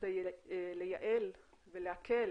כדי לייעל ולהקל